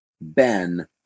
Ben